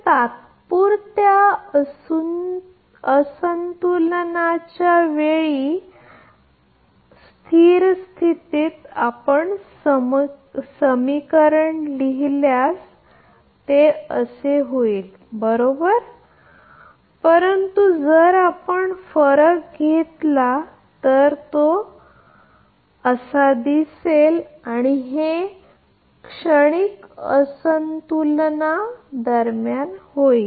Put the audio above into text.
तर तात्पुरते असंतुलनाच्या वेळी कारण स्थिर स्थितीत आपण समीकरण स्थिर स्थिती लिहिल्यास बरोबर परंतु जर आपण फरक घेतला तर हे आहे आणि हे क्षणिक असंतुलना दरम्यान होईल